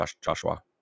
Joshua